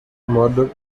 murdered